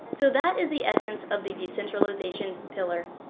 so that is the essence of the decentralization pillar.